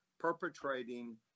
perpetrating